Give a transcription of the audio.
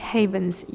Havens